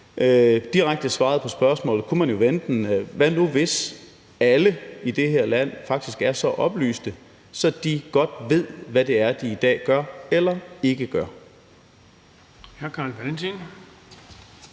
direkte svar på spørgsmålet kunne man jo vende den: Hvad nu, hvis alle i det her land faktisk er så oplyst, at de godt ved, hvad de i dag gør eller ikke gør?